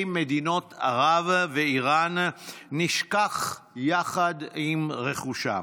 מדינות ערב ואיראן נשכח יחד עם רכושם.